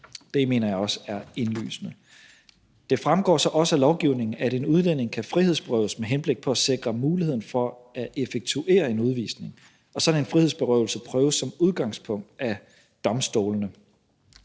Det mener jeg også er indlysende. Det fremgår så også af lovgivningen, at en udlænding kan frihedsberøves med henblik på at sikre muligheden for at effektuere en udvisning, og sådan en frihedsberøvelse prøves som udgangspunkt af domstolene